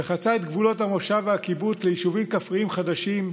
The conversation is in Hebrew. וחצה את גבולות המושב והקיבוץ ליישובים כפריים חדשים,